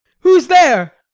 who's there?